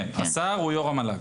כן, השר הוא יו"ר המל"ג.